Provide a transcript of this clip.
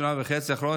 בשנה וחצי האחרונות,